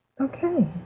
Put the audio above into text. Okay